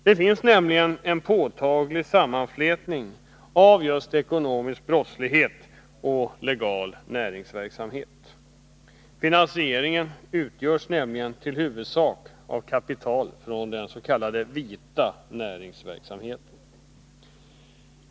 Det finns en påtaglig sammanflätning av ekonomisk brottslighet och legal näringsverksamhet. Finansieringen utgörs nämligen till huvudsak av kapital från den ”vita” näringsverksamheten.